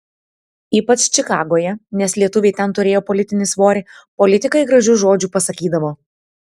ypač čikagoje nes lietuviai ten turėjo politinį svorį politikai gražių žodžių pasakydavo